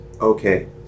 Okay